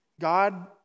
God